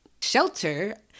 shelter